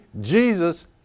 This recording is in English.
Jesus